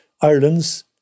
Ireland's